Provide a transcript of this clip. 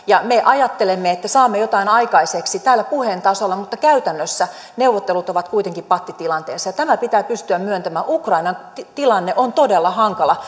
ja me ajattelemme että me saamme jotain aikaiseksi puheen tasolla mutta käytännössä neuvottelut ovat kuitenkin pattitilanteessa tämä pitää pystyä myöntämään ukrainan tilanne on todella hankala